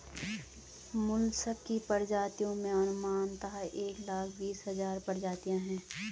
mollusc की प्रजातियों में अनुमानतः एक लाख बीस हज़ार प्रजातियां है